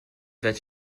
that